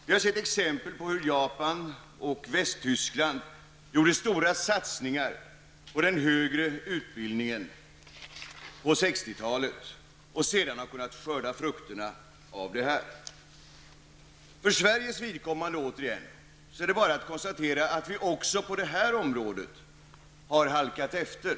Vi har sett exempel på hur Japan och Västtyskland gjorde stora satsningar på högre utbildning under 60-talet och hur man senare har kunnat skörda frukterna av detta. För Sveriges vidkommande är det återigen bara att konstatera att vi också på detta område har halkat efter.